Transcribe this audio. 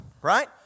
Right